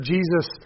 Jesus